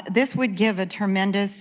and this would give a tremendous